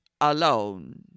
alone